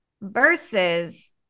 versus